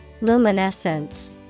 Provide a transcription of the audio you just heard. Luminescence